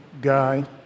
guy